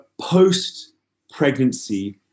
post-pregnancy